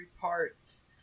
parts